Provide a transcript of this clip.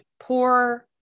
Poor